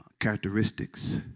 characteristics